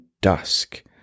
dusk